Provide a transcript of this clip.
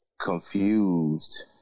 confused